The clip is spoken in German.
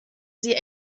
sie